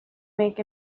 make